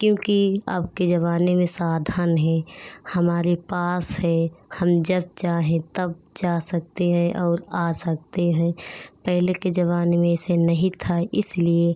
क्योंकि अब के ज़माने में साधन है हमारे पास है हम जब चाहें तब जा सकते हैं और आ सकते हैं पहले के ज़माने में ऐसा नहीं था इसलिए